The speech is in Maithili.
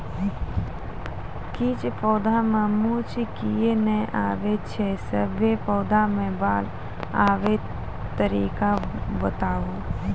किछ पौधा मे मूँछ किये नै आबै छै, सभे पौधा मे बाल आबे तरीका बताऊ?